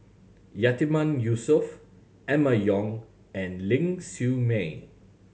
Yatiman Yusof Emma Yong and Ling Siew May